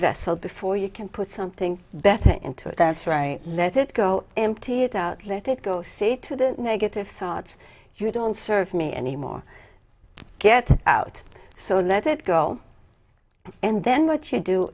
vessel before you can put something better into it that's right let it go empty it out let it go say to the negative thoughts you don't serve me anymore get out so let it go and then what you do